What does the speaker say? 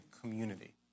community